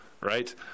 right